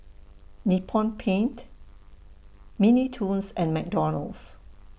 Nippon Paint Mini Toons and McDonald's